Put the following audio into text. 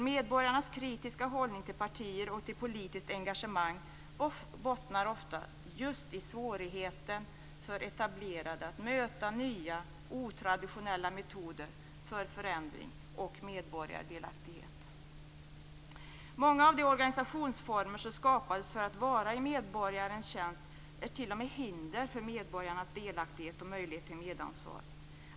Medborgarnas kritiska hållning till partier och till politiskt engagemang bottnar ofta just i svårigheten för etablerade att möta nya otraditionella metoder för förändring och medborgardelaktighet. Många av de organisationsformer som skapades för att vara i medborgarnas tjänst är t.o.m. hinder för medborgarnas delaktighet och möjligheter till medansvar.